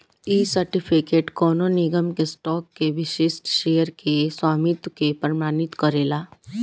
इ सर्टिफिकेट कवनो निगम के स्टॉक के विशिष्ट शेयर के स्वामित्व के प्रमाणित करेला